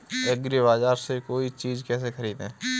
एग्रीबाजार से कोई चीज केसे खरीदें?